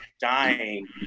dying